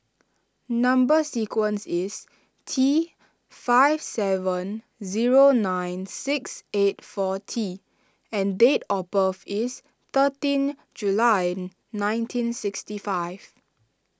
Number Sequence is T five seven zero nine six eight four T and date of birth is thirteen July nineteen sixty five